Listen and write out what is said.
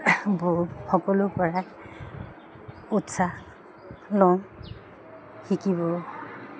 বৌ সকলোৰে পৰাই উৎসাহ লওঁ শিকিব